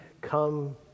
come